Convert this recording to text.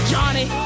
Johnny